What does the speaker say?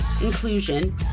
inclusion